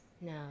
No